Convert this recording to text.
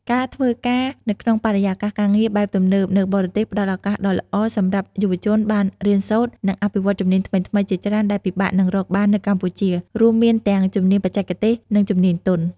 ការធ្វើការនៅក្នុងបរិយាកាសការងារបែបទំនើបនៅបរទេសផ្ដល់ឱកាសដ៏ល្អសម្រាប់យុវជនបានរៀនសូត្រ និងអភិវឌ្ឍជំនាញថ្មីៗជាច្រើនដែលពិបាកនឹងរកបាននៅកម្ពុជា រួមមានទាំងជំនាញបច្ចេកទេស និងជំនាញទន់។